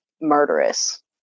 murderous